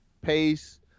pace